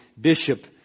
bishop